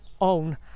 own